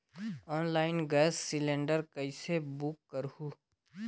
Online gas cylinder कइसे book करहु?